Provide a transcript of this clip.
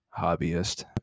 hobbyist